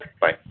Bye